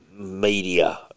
Media